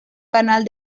canal